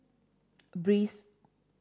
breeze